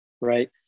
right